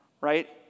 Right